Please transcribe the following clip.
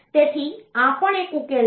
તેથી આ પણ એક ઉકેલ છે